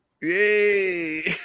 Yay